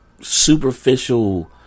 superficial